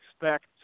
expect